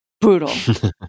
Brutal